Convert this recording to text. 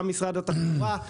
גם ממשרד התחבורה.